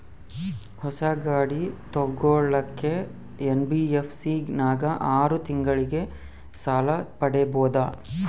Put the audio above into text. ಹೊಸ ಗಾಡಿ ತೋಗೊಳಕ್ಕೆ ಎನ್.ಬಿ.ಎಫ್.ಸಿ ನಾಗ ಆರು ತಿಂಗಳಿಗೆ ಸಾಲ ಪಡೇಬೋದ?